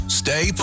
stay